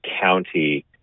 county